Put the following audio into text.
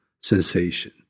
sensation